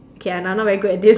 kay I'm I'm not very good at this